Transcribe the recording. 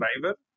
driver